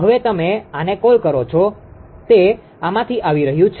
હવે તમે આને કોલ કરો છો તે આમાંથી આવી રહ્યું છે